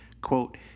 quote